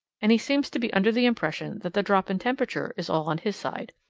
and he seems to be under the impression that the drop in temperature is all on his side.